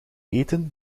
eten